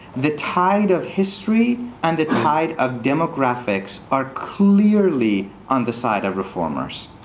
the tide of history and the tide of demographics are clearly on the side of reformers.